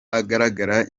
agaragara